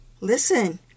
Listen